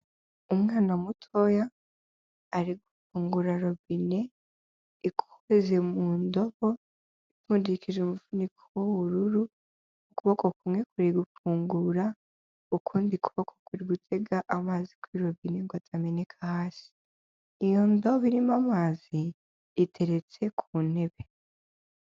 Umwana mutoya ari gufungura robine ikoheze mu ndobo ipfundikije umuvuniko w'ubururu, ukuboko kumwe kuri gufungura, ukundi kuboko kuri gutega amazi kuri robine ngo atameneka hasi, iyo ndobo irimo amazi iteretse ku ntebe.